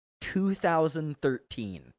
2013